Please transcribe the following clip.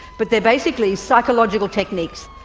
but they're basically psychological techniques.